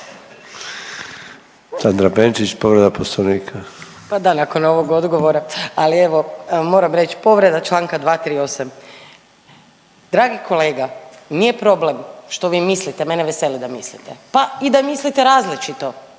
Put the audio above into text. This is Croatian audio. Sandra (Možemo!)** Pa da, nakon ovog odgovora, ali evo, moram reć, povreda čl. 238. Dragi kolega nije problem što vi mislite, mene veseli da mislite, pa i da mislite različito